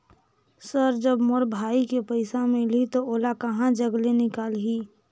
Sir जब मोर भाई के पइसा मिलही तो ओला कहा जग ले निकालिही?